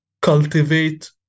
cultivate